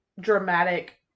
dramatic